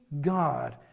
God